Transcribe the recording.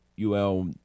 UL